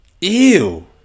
Ew